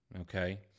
okay